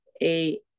eight